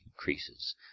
increases